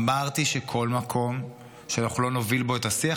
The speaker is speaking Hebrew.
אמרתי שכל מקום שאנחנו לא נוביל בו את השיח,